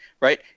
right